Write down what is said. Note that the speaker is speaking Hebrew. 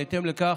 בהתאם לכך,